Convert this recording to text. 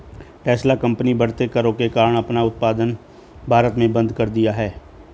Tesla company बढ़ते करों के कारण अपना उत्पादन भारत में बंद कर दिया हैं